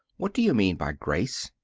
what do you mean by grace?